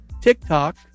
TikTok